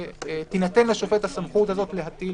הוועדה החליטה שתינתן לשופט הסמכות הזאת להטיל